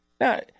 Now